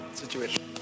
situation